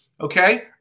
Okay